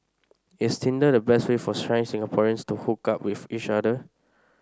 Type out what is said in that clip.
is tinder the best way for shy Singaporeans to hook up with each other